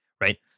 Right